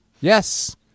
Yes